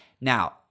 now